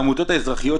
העמותות האזרחיות,